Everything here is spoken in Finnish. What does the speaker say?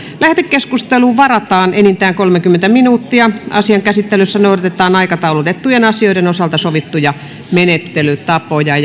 lähetekeskusteluun varataan enintään kolmekymmentä minuuttia asian käsittelyssä noudatetaan aikataulutettujen asioiden osalta sovittuja menettelytapoja